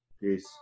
Peace